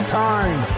time